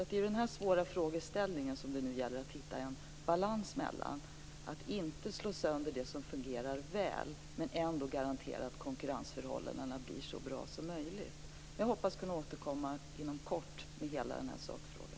I den här svåra frågeställningen gäller det nu att hitta en balans mellan att inte slå sönder det som fungerar väl och att ändå garantera att konkurrensförhållandena blir så bra som möjligt. Jag hoppas kunna återkomma inom kort i hela den här sakfrågan.